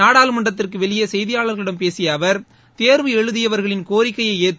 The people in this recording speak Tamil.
நாடாளுமன்றத்திற்கு வெளியே செய்தியாளர்களிடம் பேசிய அவர் தேர்வு எழுதியவர்களின் கோரிக்கையை ஏற்று